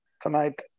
tonight